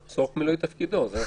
לצורך מילוי תפקידו.